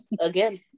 Again